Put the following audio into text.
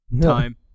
time